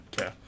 Okay